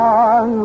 on